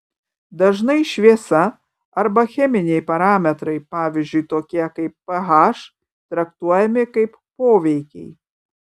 dažnai šviesa arba cheminiai parametrai pavyzdžiui tokie kaip ph traktuojami kaip poveikiai